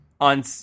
On